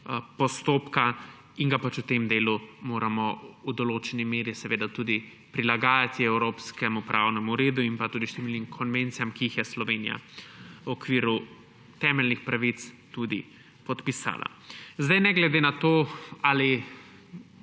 postopka in ga pač v tem delu moramo v določeni meri tudi prilagati evropskemu pravnemu redu in tudi številnim konvencijam, ki jih je Slovenija v okviru temeljnih pravic tudi podpisala. Ne glede na to, ali